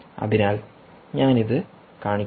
അതിനാൽ ഞാൻ ഇത് കാണിക്കാം